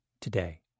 today